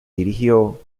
dirigió